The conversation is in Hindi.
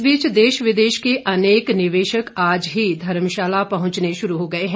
इस बीच देश विदेश के अनेक निवेशक आज ही धर्मशाला पहुंचने शुरू हो गए हैं